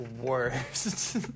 worst